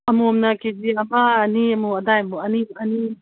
ꯑꯃꯣꯝꯅ K G ꯑꯃ ꯑꯅꯤꯃꯨꯛ ꯑꯗꯥꯏꯃꯨꯛ ꯑꯅꯤ